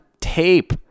tape